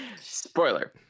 Spoiler